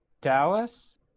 Dallas